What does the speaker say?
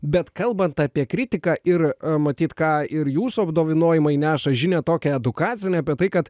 bet kalbant apie kritiką ir matyt ką ir jūsų apdovanojimai neša žinią tokią edukacinę apie tai kad